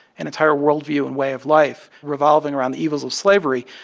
an entire worldview and way of life revolving around the evils of slavery